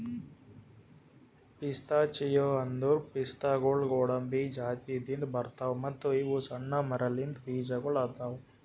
pistachio ಅಂದುರ್ ಪಿಸ್ತಾಗೊಳ್ ಗೋಡಂಬಿ ಜಾತಿದಿಂದ್ ಬರ್ತಾವ್ ಮತ್ತ ಇವು ಸಣ್ಣ ಮರಲಿಂತ್ ಬೀಜಗೊಳ್ ಆತವ್